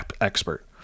expert